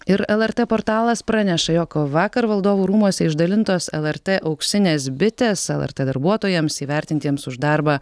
ir lrt portalas praneša jog vakar valdovų rūmuose išdalintos lrt auksinės bitės lrt darbuotojams įvertintiems už darbą